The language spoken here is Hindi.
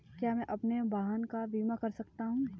क्या मैं अपने वाहन का बीमा कर सकता हूँ?